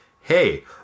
Hey